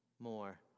more